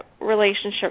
relationship